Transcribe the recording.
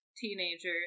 teenager